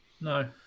No